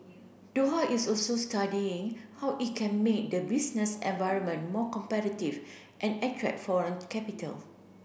Doha is also studying how it can make the business environment more competitive and attract foreign capital